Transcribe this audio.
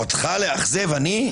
אותך לאכזב אותי?